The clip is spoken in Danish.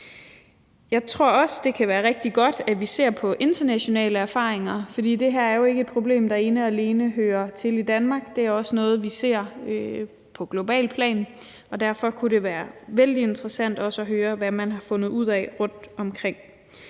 Jeg tror også, det kan være rigtig godt, at vi ser på internationale erfaringer, for det her er jo ikke et problem, der ene og alene hører til i Danmark, det er også noget, vi ser på globalt plan, og derfor kunne det være vældig interessant også at høre, hvad man har fundet ud af rundtomkring.